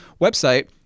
website